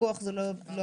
פיקוח זה לא הפתרון,